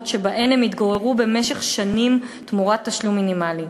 שבהן הן התגוררו במשך שנים תמורת תשלום מינימלי.